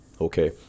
okay